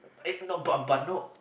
eh no but but no